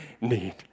need